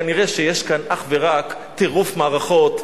כנראה שיש כאן אך ורק טירוף מערכות,